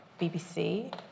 BBC